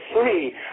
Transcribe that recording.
free